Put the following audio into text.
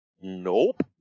Nope